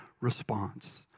response